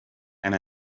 and